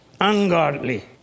ungodly